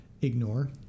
ignore